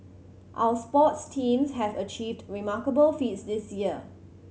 our sports teams have achieved remarkable feats this year